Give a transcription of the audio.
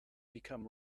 become